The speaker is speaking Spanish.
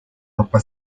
ropa